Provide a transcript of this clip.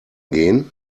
gehen